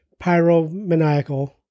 pyromaniacal